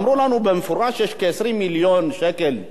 אמרו לנו במפורש שיש כ-20 מיליון שקל שאושרו.